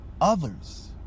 others